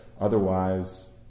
otherwise